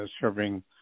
serving